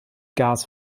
gas